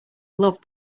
love